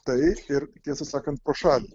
tai ir tiesą sakant pro šalį